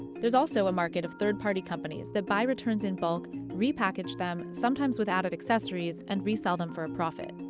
there's also a market of third-party companies that buy returns in bulk, repackage them, sometimes with added accessories, and resell them for a profit.